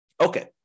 Okay